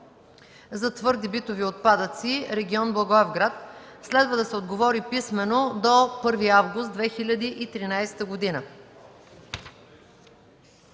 за твърди битови отпадъци – регион Благоевград. Следва да се отговори писмено до 1 август 2013 г.